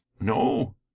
No